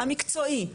המקצועי,